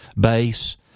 base